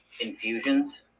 infusions